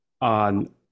on